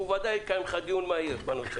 והוא ודאי יקיים דיון מהיר בנושא הזה.